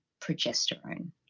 progesterone